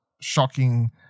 shocking